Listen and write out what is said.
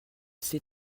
sait